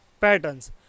patterns